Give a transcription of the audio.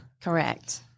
Correct